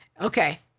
Okay